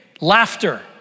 laughter